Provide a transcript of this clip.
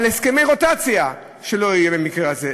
על הסכמי רוטציה שלא יהיו במקרה הזה.